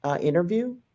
interview